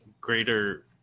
greater